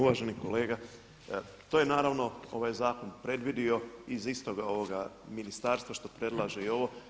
Uvaženi kolega, to je naravno ovaj zakon predvidio iz istoga ovoga ministarstva što predlaže i ovo.